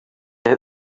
out